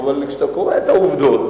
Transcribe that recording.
אבל כשאתה קורא את העובדות,